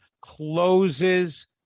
closes